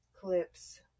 clips